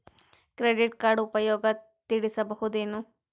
Credit card ಉಪಯೋಗ ತಿಳಸಬಹುದೇನು?